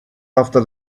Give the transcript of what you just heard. after